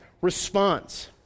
response